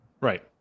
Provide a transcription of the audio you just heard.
Right